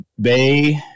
Bay